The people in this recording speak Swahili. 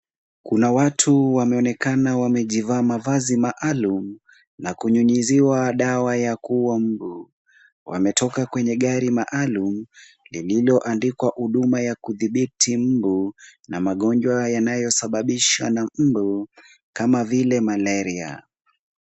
Kuna watu wameonekana wamejivaa mavazi maalum na kunyunyiziwa dawa ya kuua mbu. Wametoka kwenye gari maalum lililoandikwa huduma ya kudhibiti mbu na magonjwa yanayosababishwa na mbu kama vile malaria.